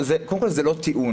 קודם כל זה לא טיעון,